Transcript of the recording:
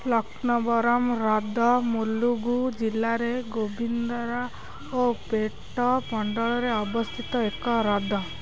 ଲକ୍ନବରମ୍ ହ୍ରଦ ମୁଲୁଗୁ ଜିଲ୍ଲାରେ Govindaraopet ମଣ୍ଡଳରେ ଅବସ୍ଥିତ ଏକ ହ୍ରଦ